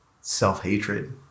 self-hatred